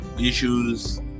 issues